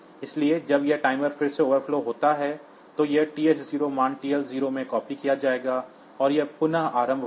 इसलिए जब यह टाइमर फिर से ओवरफ्लो होता है तो यह TH0 मान TL0 में कॉपी किया जाएगा और यह पुनः आरंभ होगा